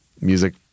music